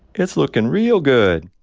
it's looking real good.